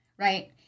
Right